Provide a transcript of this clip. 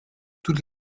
toutes